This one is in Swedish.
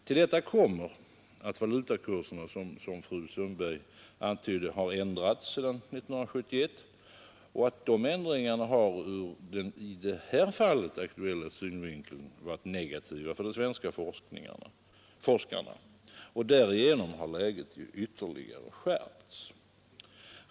Till detta kommer att valutakurserna, som fru Sundberg antydde, har ändrats sedan 1971, och de ändringarna har ur den i det här fallet aktuella synvinkeln varit negativa för de svenska forskarna. Därigenom har läget ytterligare skärpts.